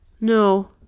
No